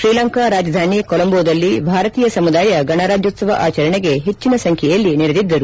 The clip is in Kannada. ಶ್ರೀಲಂಕಾ ರಾಜಧಾನಿ ಕೊಲಂಬೋದಲ್ಲಿ ಭಾರತೀಯ ಸಮುದಾಯ ಗಣರಾಜ್ಯೋತ್ಸವ ಆಚರಣೆಗೆ ಹೆಚ್ಚಿನ ಸಂಖ್ಯೆಯಲ್ಲಿ ನೆರೆದಿದ್ದರು